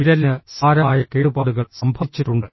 വിരലിന് സാരമായ കേടുപാടുകൾ സംഭവിച്ചിട്ടുണ്ട്